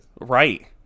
Right